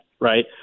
right